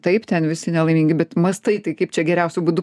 taip ten visi nelaimingi bet mąstai tai kaip čia geriausiu būdu